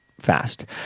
fast